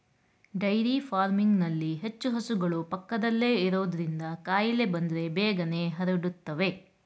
dairy ಫಾರ್ಮಿಂಗ್ನಲ್ಲಿ ಹೆಚ್ಚು ಹಸುಗಳು ಪಕ್ಕದಲ್ಲೇ ಇರೋದ್ರಿಂದ ಕಾಯಿಲೆ ಬಂದ್ರೆ ಬೇಗನೆ ಹರಡುತ್ತವೆ